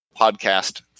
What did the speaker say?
podcast